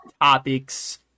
topics